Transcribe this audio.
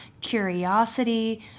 curiosity